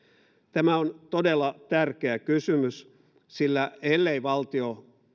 tämä on todella tärkeä kysymys sillä ellei valtio